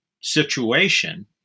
situation